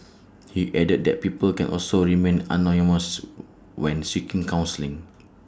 he added that people can also remain anonymous when when seeking counselling